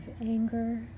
anger